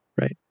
right